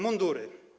Mundury.